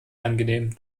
angenehm